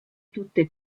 tutte